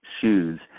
shoes